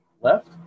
Left